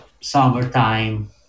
summertime